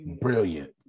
Brilliant